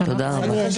זה נשמע לכם הגיוני?